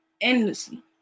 Endlessly